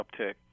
uptick